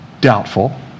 Doubtful